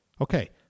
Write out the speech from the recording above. Okay